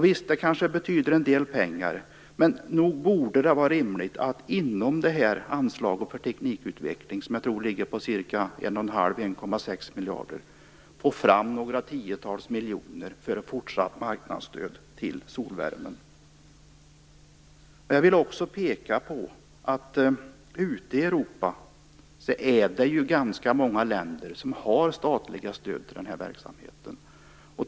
Visst kanske det betyder en del pengar, men nog borde det vara rimligt att inom anslaget för teknikutveckling, som jag tror uppgår till 1,5-1,6 miljarder, få fram några tiotals miljoner för fortsatt marknadsstöd till solvärme. Jag vill också peka på att ute i Europa är det ganska många länder som har statliga stöd till denna verksamhet.